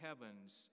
heavens